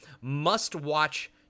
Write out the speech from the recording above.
must-watch